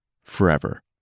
forever